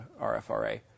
RFRA